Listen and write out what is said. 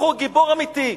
גיבור אמיתי.